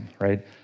right